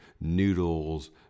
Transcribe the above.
noodles